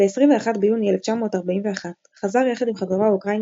ב-21 ביוני 1941 חזר יחד עם חברו האוקראיני